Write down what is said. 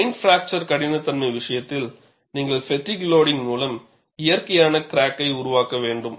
strain fracture கடினத்தன்மை விஷயத்தில் நீங்கள் பெட்டிக் லோடிங்க் மூலம் இயற்கையான கிராக்கை உருவாக்க வேண்டும்